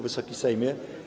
Wysoki Sejmie!